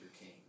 king